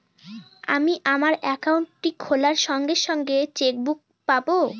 আমি আমার একাউন্টটি খোলার সঙ্গে সঙ্গে চেক বুক পাবো?